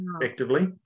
effectively